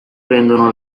rendono